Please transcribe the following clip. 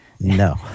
No